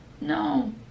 no